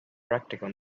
practical